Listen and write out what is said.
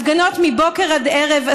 הפגנות מבוקר עד ערב,